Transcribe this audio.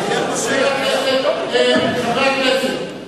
גם אסטרולוגית חבר הכנסת אקוניס.